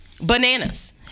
bananas